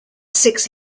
six